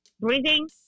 breathing